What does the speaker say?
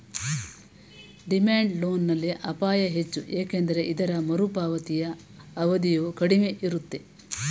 demand loan ನಲ್ಲಿ ಅಪಾಯ ಹೆಚ್ಚು ಏಕೆಂದರೆ ಇದರ ಮರುಪಾವತಿಯ ಅವಧಿಯು ಕಡಿಮೆ ಇರುತ್ತೆ